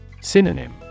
Synonym